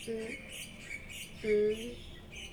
mm